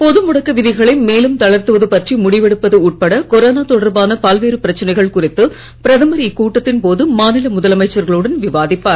பொது முடக்க விதிகளை மேலும் தளர்த்துவது பற்றி முடிவெடுப்பது உட்பட கொரோனா தொடர்பான பல்வேறு பிரச்சனைகள் குறித்து பிரதமர் இக்கூட்டத்தின் போது மாநில முதலமைச்சர்களுடன் விவாதிப்பார்